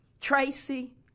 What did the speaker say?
Tracy